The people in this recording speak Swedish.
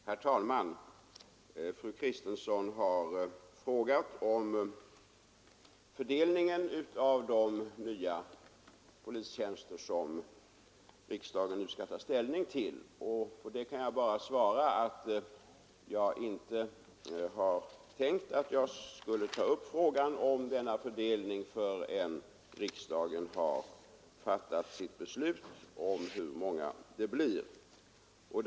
Herr talman! Fru Kristensson har frågat om fördelningen av de nya polistjänster som riksdagen nu skall ta ställning till. På det kan jag bara svara att jag inte har tänkt ta upp frågan om denna fördelning förrän riksdagen har fattat sitt beslut om hur många de nya polistjänsterna skall bli.